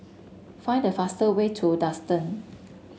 find the fast way to Duxton